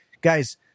Guys